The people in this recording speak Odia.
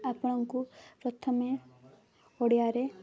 ଆପଣଙ୍କୁ ପ୍ରଥମେ ଓଡ଼ିଆରେ